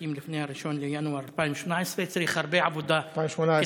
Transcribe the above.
בתים לפני 1 בינואר 2017. צריך הרבה עבודה כדי,